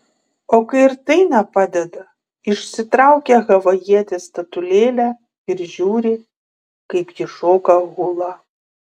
o kai ir tai nepadeda išsitraukia havajietės statulėlę ir žiūri kaip ji šoka hulą